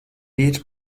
vīrs